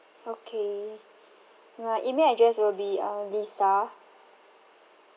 okay my email address will be uh lisa